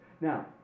Now